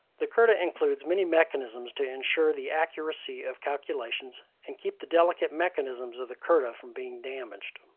the curta includes many mechanisms to ensure the accuracy of calculations and keep the delicate mechanisms of the curta from being damaged.